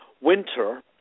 winter